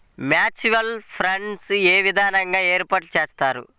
Mutual funds ఏ విధంగా ఏర్పాటు చేస్తారు?